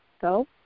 go